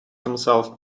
himself